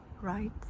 right